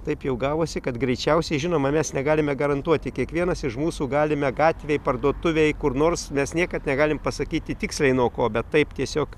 taip jau gavosi kad greičiausiai žinoma mes negalime garantuoti kiekvienas iš mūsų galime gatvėj parduotuvėj kur nors mes niekad negalim pasakyti tiksliai nuo ko bet taip tiesiog